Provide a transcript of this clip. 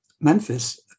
Memphis